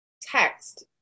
text